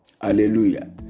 Hallelujah